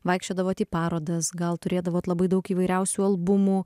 vaikščiodavot į parodas gal turėdavot labai daug įvairiausių albumų